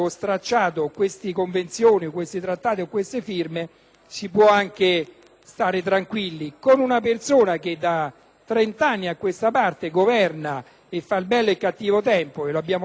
stare tranquilli. Con una persona che da trent'anni a questa parte governa facendo il bello e il cattivo tempo - lo abbiamo visto anche con il ricatto dei barconi (perché di questo parliamo)